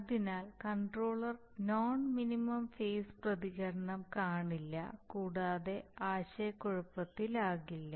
അതിനാൽ controller non minimum phase പ്രതികരണം കാണില്ല കൂടാതെ ആശയക്കുഴപ്പത്തിലാകില്ല